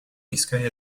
bizkaia